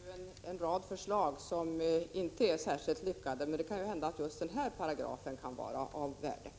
Fru talman! Planoch bygglagen innehåller en rad förslag som inte är särskilt lyckade, men det kan hända att just denna paragraf kan vara av värde.